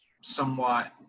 somewhat